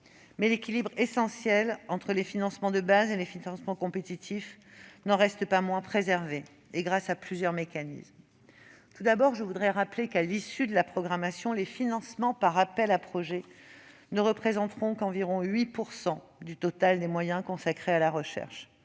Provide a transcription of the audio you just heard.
L'équilibre essentiel entre les financements de base et les financements compétitifs n'en reste pas moins préservé, grâce à plusieurs mécanismes. D'ici à la fin de la programmation, les financements par appel à projets ne représenteront que 8 % environ du total des moyens consacrés à la recherche.